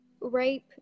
rape